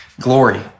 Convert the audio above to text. glory